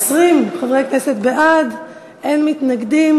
20 חברי כנסת בעד, אין מתנגדים.